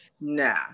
nah